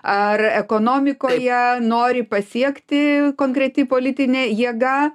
ar ekonomikoje nori pasiekti konkreti politinė jėga